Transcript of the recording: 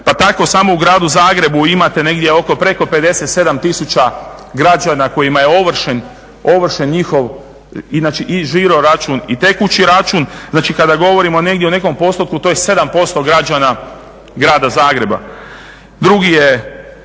Pa tako samo u Gradu Zagrebu imate negdje oko preko 57 tisuća građana kojima je ovršen njihov i žiro i tekući račun. Znači, kada govorimo negdje o nekom postotku to je 7% građana Grada Zagreba. Drugi je